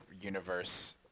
universe